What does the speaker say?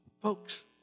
Folks